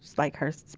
like her spit,